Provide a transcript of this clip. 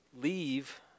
leave